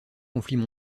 conflits